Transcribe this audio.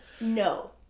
No